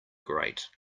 grate